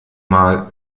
mal